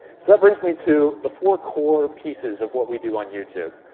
so that brings me to the four core pieces of what we do on youtube.